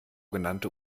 genannte